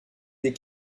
des